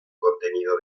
contenido